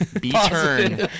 B-Turn